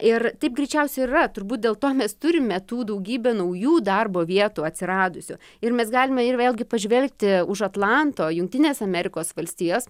ir taip greičiausiai ir yra turbūt dėl to mes turime tų daugybę naujų darbo vietų atsiradusių ir mes galime ir vėlgi pažvelgti už atlanto jungtines amerikos valstijos